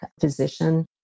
physician